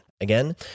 Again